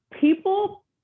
people